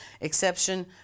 exception